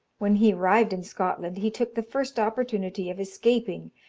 when he arrived in scotland he took the first opportunity of escaping,